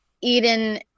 Eden